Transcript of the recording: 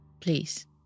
Please